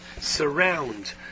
surround